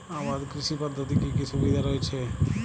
আবাদ কৃষি পদ্ধতির কি কি সুবিধা রয়েছে?